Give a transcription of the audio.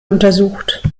untersucht